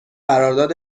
قرارداد